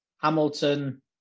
Hamilton